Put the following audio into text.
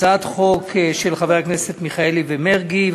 הצעת חוק של חברי הכנסת מיכאלי ומרגי,